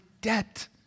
debt